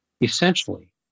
Essentially